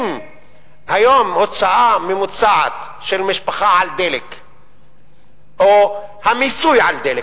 אם היום הוצאה ממוצעת של משפחה על דלק או המיסוי על דלק,